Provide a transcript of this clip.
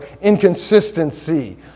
inconsistency